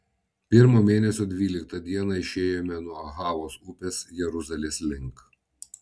pirmo mėnesio dvyliktą dieną išėjome nuo ahavos upės jeruzalės link